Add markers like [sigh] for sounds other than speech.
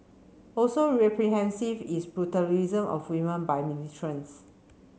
also [unintelligible] is brutalisation of women by [unintelligible]